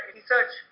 research